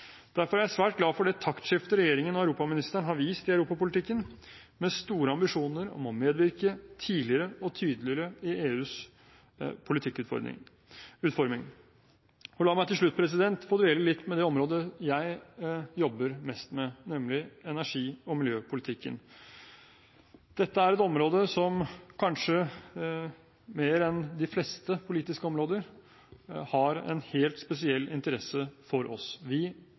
Derfor er jeg svært glad for det taktskiftet regjeringen og europaministeren har vist i europapolitikken, med store ambisjoner om å medvirke tidligere og tydeligere i EUs politikkutforming. La meg til slutt få dvele litt ved det området jeg jobber mest med, nemlig energi- og miljøpolitikken. Dette er et område som kanskje mer enn de fleste politiske områder har en helt spesiell interesse for oss. Vi